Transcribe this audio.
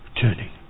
turning